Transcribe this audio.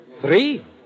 Three